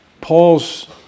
Paul's